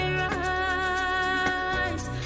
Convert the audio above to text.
rise